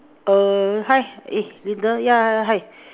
err hi eh Linda yeah yeah hi